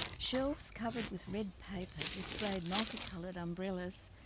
shelves covered with red paper displayed multi-coloured umbrellas,